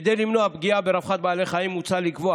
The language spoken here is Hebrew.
כדי למנוע פגיעה ברווחת בעלי חיים מוצע לקבוע